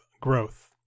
growth